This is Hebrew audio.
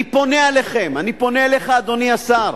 אני פונה אליכם, אני פונה אליך, אדוני השר,